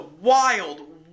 wild